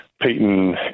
Peyton